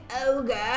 Ogre